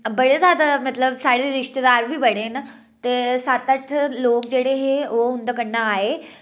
बड़े ज्यादा मतलब साढ़े रिश्तेदार बी बड़े नेईं ते सत्त अट्ठ लोक जेह्ड़े हे ओह् उं'दे कन्नै आए